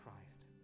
christ